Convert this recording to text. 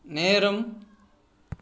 நேரம்